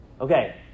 Okay